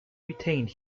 retained